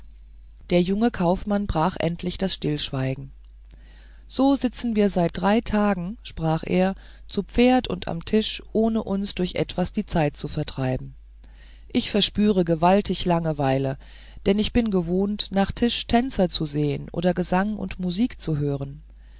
der junge kaufmann brach endlich das stillschweigen so sitzen wir seit drei tagen sprach er zu pferd und am tisch ohne uns durch etwas die zeit zu vertreiben ich verspüre gewaltig langeweile denn ich bin gewohnt nach tisch tänzer zu sehen oder gesang und musik zu hören